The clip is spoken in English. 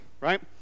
right